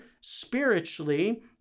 spiritually